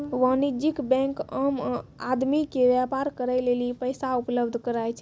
वाणिज्यिक बेंक आम आदमी के व्यापार करे लेली पैसा उपलब्ध कराय छै